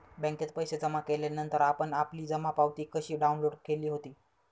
बँकेत पैसे जमा केल्यानंतर आपण आपली जमा पावती कशी डाउनलोड केली होती?